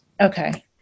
Okay